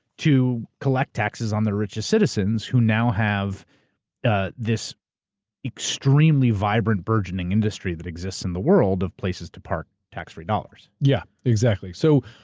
to collect taxes on the richest citizens who now have ah this extremely vibrant, burgeoning industry that exists in the world of places to park tax free dollars. yeah, exactly. so,